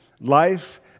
life